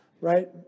right